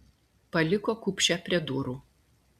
paliko kupšę prie durų